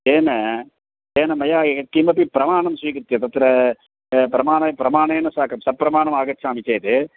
तेन तेन मया यत् किमपि प्रमाणं स्वीकृत्य तत्र प्रमाणे प्रमाणेन साकं सप्रमाणम् आगच्छामि चेत्